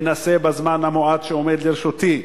אני אנסה בזמן המועט שעומד לרשותי